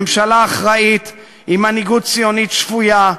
ממשלה אחראית עם מנהיגות ציונית שפויה,